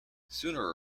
sooner